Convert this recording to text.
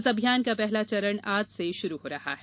इस अभियान का पहला चरण आज से शुरू हो रहा है